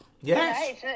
Yes